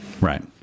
Right